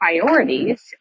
priorities